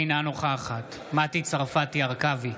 אינה נוכחת מטי צרפתי הרכבי,